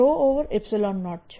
E0 છે